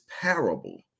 parable